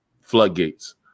floodgates